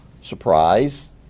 surprise